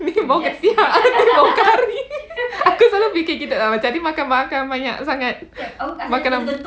bau ya I pun bau kari aku selalu fikir uh kita tadi makan makan makan banyak sangat makanan